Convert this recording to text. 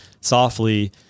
softly